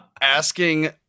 asking